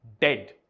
dead